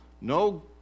no